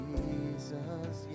Jesus